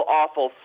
awful